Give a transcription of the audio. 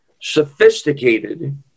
sophisticated